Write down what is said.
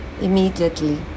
immediately